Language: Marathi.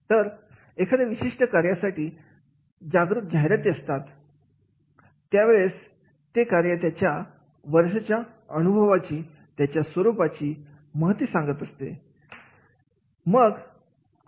तर एखाद्या विशिष्ट कार्यासाठी जागृत जाहिरात केली जाते त्यावेळेस ते कार्य त्याच्या वर्षांच्या अनुभवाची त्याच्या स्वरूपाची महती सांगत असते